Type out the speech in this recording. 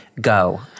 Go